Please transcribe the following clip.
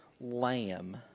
lamb